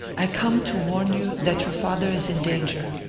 i come to warn you that your father is in danger.